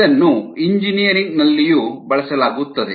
ಇದನ್ನು ಎಂಜಿನಿಯರಿಂಗ್ ನಲ್ಲಿಯೂ ಬಳಸಲಾಗುತ್ತದೆ